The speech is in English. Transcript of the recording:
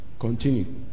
Continue